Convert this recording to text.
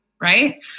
Right